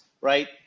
right